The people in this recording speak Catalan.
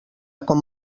com